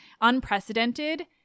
unprecedented